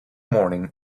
morning